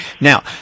Now